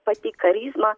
pati karizma